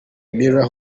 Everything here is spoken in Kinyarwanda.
mirror